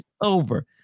over